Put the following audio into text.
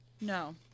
No